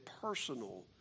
personal